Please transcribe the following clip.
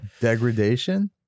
degradation